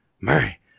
Murray